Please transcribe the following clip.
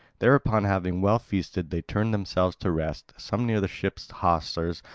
thereupon having well feasted they turned themselves to rest, some near the ship's hawsers,